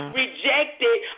rejected